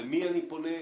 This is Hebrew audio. למי אני פונה?